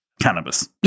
cannabis